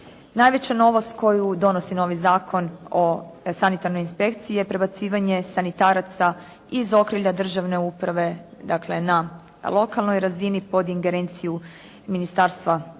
Najveća novost koju donosi novi Zakon o sanitarnoj inspekciji je prebacivanje sanitaraca iz okrilja državne uprave dakle na lokalnoj razini pod ingerenciju Ministarstva